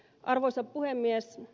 arvoisa puhemies